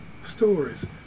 stories